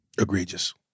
Egregious